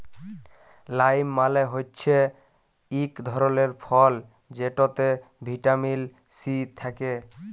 lime মালে হচ্যে ইক ধরলের ফল যেটতে ভিটামিল সি থ্যাকে